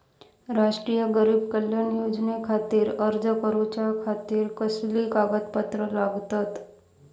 राष्ट्रीय गरीब कल्याण योजनेखातीर अर्ज करूच्या खाती कसली कागदपत्रा लागतत?